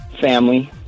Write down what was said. Family